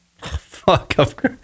Fuck